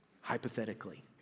hypothetically